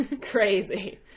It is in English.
Crazy